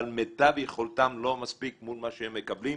אבל מיטב יכולתם לא מספיק מול מה שהם מקבלים.